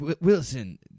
Wilson